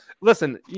listen